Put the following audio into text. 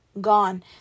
gone